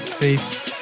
Peace